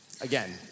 again